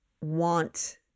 want